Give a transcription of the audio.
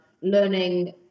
learning